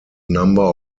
number